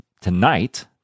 tonight